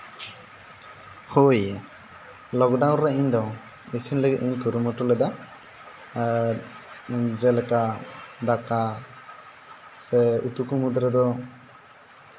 ᱦᱳᱭ ᱞᱚᱠᱰᱟᱣᱩᱱ ᱨᱮ ᱤᱧ ᱫᱚ ᱤᱥᱤᱱ ᱞᱟᱹᱜᱤᱫ ᱤᱧ ᱠᱩᱨᱩᱢᱩᱴᱩ ᱞᱮᱫᱟ ᱟᱨ ᱡᱮᱞᱮᱠᱟ ᱫᱟᱠᱟ ᱥᱮ ᱩᱛᱩ ᱠᱚ ᱢᱩᱫᱽᱨᱮ ᱫᱚ